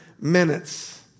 minutes